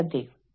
പ്രതിനിധി സംഘം